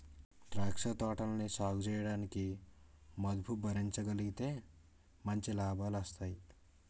ద్రాక్ష తోటలని సాగుచేయడానికి మదుపు భరించగలిగితే మంచి లాభాలొస్తాయి